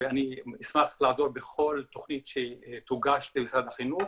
ואני אשמח לעזור בכל תוכנית שתוגש למשרד החינוך.